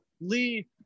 Lee